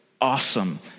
awesome